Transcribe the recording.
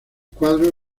cuadro